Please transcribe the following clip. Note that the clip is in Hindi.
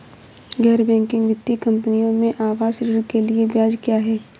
गैर बैंकिंग वित्तीय कंपनियों में आवास ऋण के लिए ब्याज क्या है?